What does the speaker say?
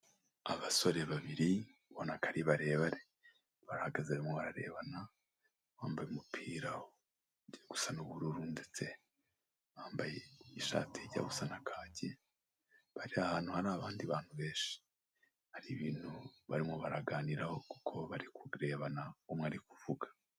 Abasore babiri ubona ko ari barebare, barahagaze barimo bararebana, bambaye umupira gusa n'ubururu, ndetse bambaye ishati ijya gusa na kacye, bari ahantu hari abandi bantu benshi, hari ibintu barimo baraganiraho kuko bari kubirebana, umwe ari kuvuga.